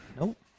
Nope